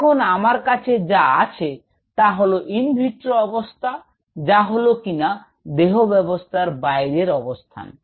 এখন আমার কাছে যা আছে তা হল ইন ভিটরো অবস্থা যা হল কিনা দেহব্যাবস্থার বাইরে অবস্থান